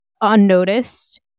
unnoticed